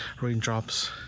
raindrops